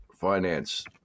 finance